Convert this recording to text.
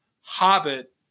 Hobbit